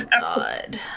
god